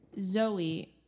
Zoe